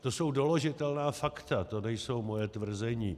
To jsou doložitelná fakta, to nejsou moje tvrzení.